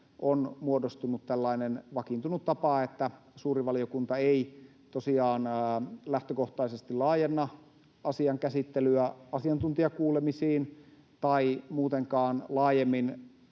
on muodostunut tällainen vakiintunut tapa, että suuri valiokunta ei lähtökohtaisesti laajenna asian käsittelyä asiantuntijakuulemisiin tai muutenkaan laajemmin